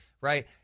right